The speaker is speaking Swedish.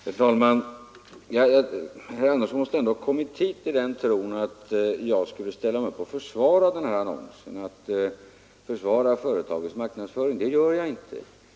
Herr talman! Herr Andersson i Ljung tycks ha kommit hit i den tron att jag skulle ställa mig upp och försvara företagets marknadsföringsmetoder. Men det gör jag inte.